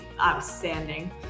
outstanding